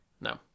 No